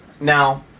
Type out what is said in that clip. Now